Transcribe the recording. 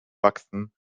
wachsen